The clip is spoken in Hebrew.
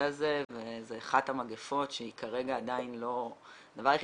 הזה וזו אחת המגפות שהיא כרגע עדיין לא --- הדבר היחיד